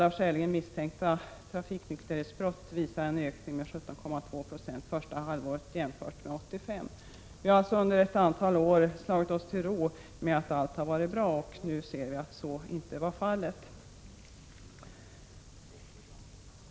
Antalet skäligen misstänkta fall av trafiknykterhetsbrott visar en ökning med 17,2 90 jämfört med första halvåret 1985. Vi har alltså under ett antal år slagit oss till ro och ansett att allt har varit bra, och nu ser vi att så inte var fallet.